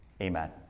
Amen